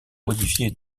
modifié